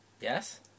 Yes